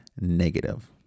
Negative